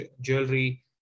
jewelry